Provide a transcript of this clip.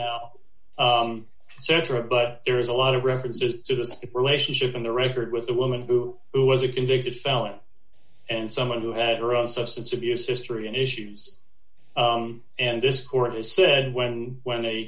now cetera but there is a lot of references to the relationship in the record with the woman who was a convicted felon and someone who had her own substance abuse history and issues and this court has said when when a